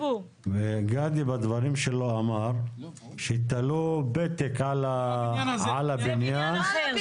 וגדי בדברים שלו אמר שתלו פתק על הבניין --- זה בניין אחר.